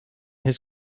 his